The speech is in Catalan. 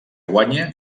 guanya